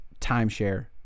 timeshare